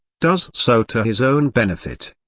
does so to his own benefit.